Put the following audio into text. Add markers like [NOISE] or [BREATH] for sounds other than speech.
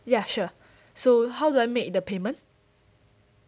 ya sure [BREATH] so how do I make the payment